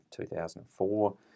2004